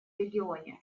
регионе